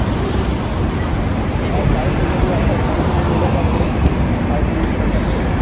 جی جی اور five G میں بھی آپ کو اٹھائیس جی بی ملے گا صرف فائیو جی یوز کر سکتے ہیں